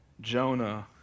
Jonah